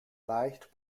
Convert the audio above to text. leicht